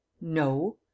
no